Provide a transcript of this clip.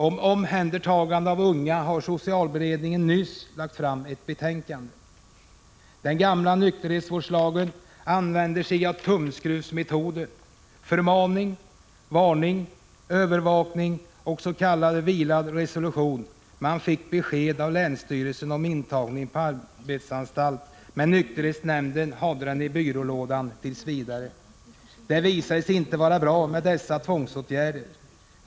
Om omhändertagande av unga har socialberedningen nyss lagt fram ett betänkande. Den gamla nykterhetsvårdslagen använde sig av tumskruvsmetoden: förmaning, varning, övervakning och s.k. vilande resolution — man fick besked av länsstyrelsen om intagning på arbetsanstalt, men nykterhetsnämnden hade den i byrålådan tills vidare. Det visade sig inte vara bra med dessa tvångsåtgärder.